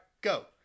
go